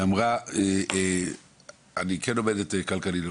שאמרה אני כן עומדת כלכלית,